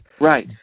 Right